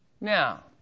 Now